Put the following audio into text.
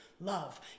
love